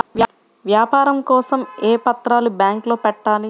వ్యాపారం కోసం ఏ పత్రాలు బ్యాంక్లో పెట్టాలి?